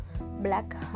black